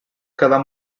quedar